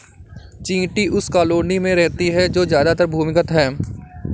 चींटी उस कॉलोनी में रहती है जो ज्यादातर भूमिगत है